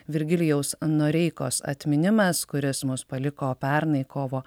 virgilijaus noreikos atminimas kuris mus paliko pernai kovo